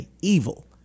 evil